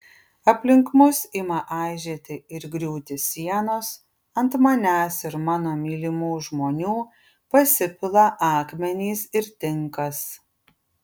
aplink mus ima aižėti ir griūti sienos ant manęs ir mano mylimų žmonių pasipila akmenys ir tinkas